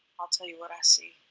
i'll tell you what i see.